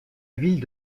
ville